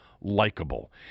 likable